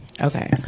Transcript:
Okay